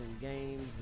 games